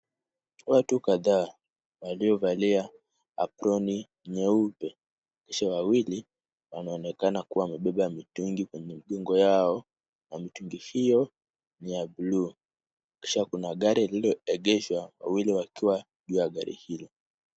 Watu kadhaa waliovalia aproni nyeupe, kisha wawili wanaonekana kuwa wamebeba mitungi kwenye migongo yao na mitungi hiyo ni ya buluu, kisha kuna gari lililoegeshwa wawili wakiwa juu ya gari hili.